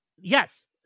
yes